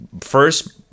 first